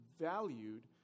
valued